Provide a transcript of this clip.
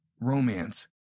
romance